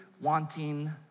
wanting